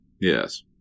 Yes